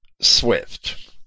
swift